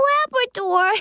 Labrador